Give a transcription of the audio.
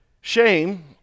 Shame